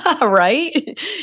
right